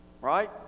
right